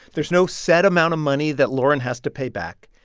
there's no set amount of money that lauren has to pay back.